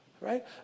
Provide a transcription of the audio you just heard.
right